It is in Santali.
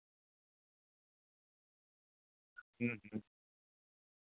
ᱦᱩᱸ ᱦᱩᱸ